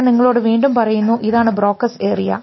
ഞാൻ നിങ്ങളോട് വീണ്ടും പറയുന്നു ഇതാണ് ബ്രോക്കസ് ഏരിയ